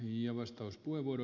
arvoisa puhemies